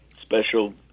special